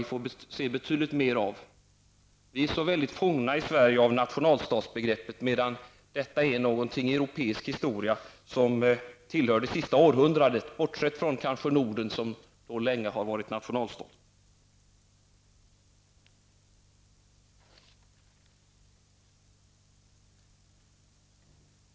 Vi är i Sverige så väldigt fångna av nationalstatsbegreppet. I europeisk historia är detta emellertid något som tillhör föregående århundrade -- bortsett från de nordiska länderna, som länge har varit nationalstater.